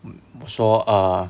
我说 err